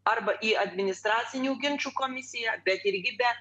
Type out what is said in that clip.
arba į administracinių ginčų komisiją bet irgi be